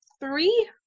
three